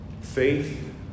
faith